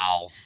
Wow